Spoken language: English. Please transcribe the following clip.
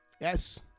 Yes